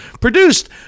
produced